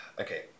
Okay